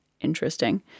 interesting